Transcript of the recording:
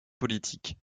politique